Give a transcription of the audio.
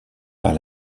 par